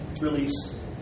release